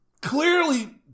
Clearly